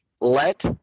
Let